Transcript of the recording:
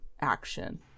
action